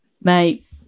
Mate